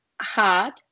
hard